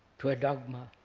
to a dogma,